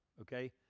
Okay